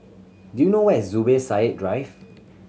do you know where is Zubir Said Drive